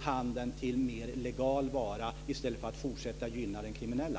handeln till mer legal vara i stället för att fortsätta att gynna den kriminella.